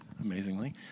amazingly